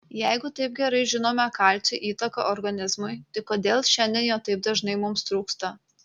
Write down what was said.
jeigu taip gerai žinome kalcio įtaką organizmui tai kodėl šiandien jo taip dažnai mums trūksta